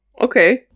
okay